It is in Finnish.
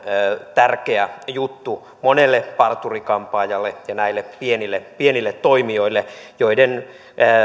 tärkeä juttu monelle parturi kampaajalle ja näille pienille pienille toimijoille joiden